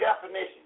definition